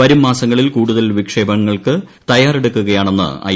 വരുംമാസങ്ങളിൽ കൂടുതൽ വിക്ഷേപണങ്ങൾക്ക് തയ്യാറെടുക്കുകയാണെന്ന് ഐ